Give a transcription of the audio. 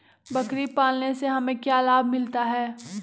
बकरी पालने से हमें क्या लाभ मिलता है?